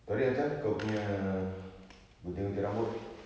tadi ajar kau punya gunting gunting rambut